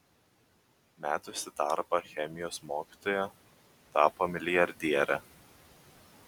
metusi darbą chemijos mokytoja tapo milijardiere